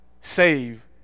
save